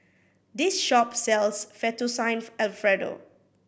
this shop sells Fettuccine Alfredo